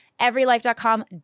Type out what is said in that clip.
EveryLife.com